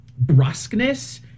brusqueness